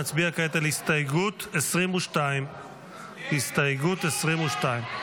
נצביע כעת על הסתייגות 22. הצבעה.